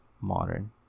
Modern